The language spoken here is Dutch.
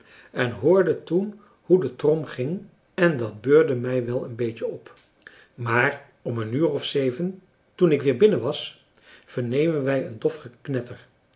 en hoorde toen hoe de trom ging en dat beurde mij wel een beetje op maar om een uur of zeven toen ik weer binnen was vernemen wij een dof